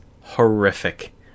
horrific